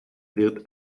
wird